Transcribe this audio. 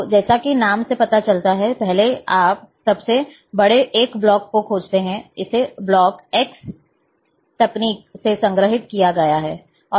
तो जैसा कि नाम से पता चलता है पहले आप सबसे बड़े 1 ब्लॉक को खोजते हैं इसे ब्लॉक X ब्लॉक तकनीक से संग्रहित किया जाता है